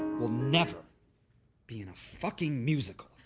will never be in a fucking musical.